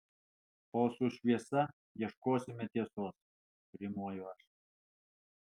o su šviesa ieškosime tiesos rimuoju aš